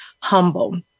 humble